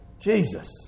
Jesus